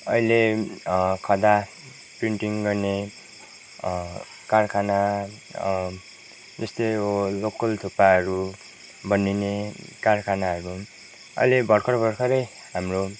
अहिले खदा प्रिन्टिङ गर्ने कारखाना त्यस्तै हो लोकल थुक्पाहरू बनिने कारखानाहरू अहिले भर्खर भर्खरै हाम्रो